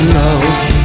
love